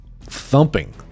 thumping